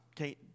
Okay